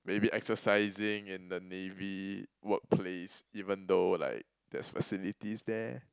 maybe exercising in the navy workplace even though like there's facilities there